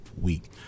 week